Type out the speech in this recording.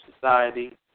society